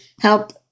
help